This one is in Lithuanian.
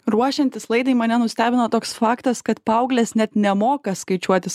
ruošiantis laidai mane nustebino toks faktas kad paauglės net nemoka skaičiuotis